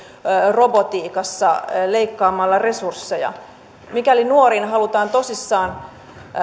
robotiikassa leikkaamalla resursseja mikäli nuoriin halutaan tosissaan